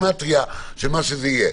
שמונה נראה לפי הגימטרייה של מה שזה יהיה.